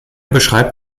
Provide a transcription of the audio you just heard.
beschreibt